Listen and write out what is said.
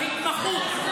בהתמחות.